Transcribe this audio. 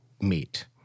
meet